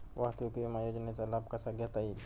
वाहतूक विमा योजनेचा लाभ कसा घेता येईल?